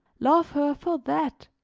love her for that.